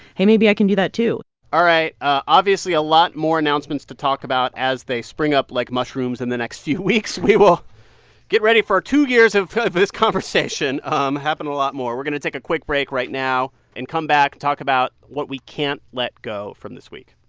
hey, maybe i can do that, too all right. obviously, a lot more announcements to talk about as they spring up like mushrooms in the next few weeks. we will get ready for two years of this conversation um happening a lot more. we're going to take a quick break right now and come back, talk about what we can't let go from this week